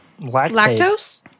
Lactose